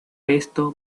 esto